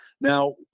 Now